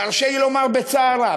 והרשה לי לומר בצער רב,